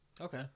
Okay